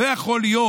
לא יכול להיות,